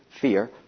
fear